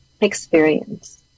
experience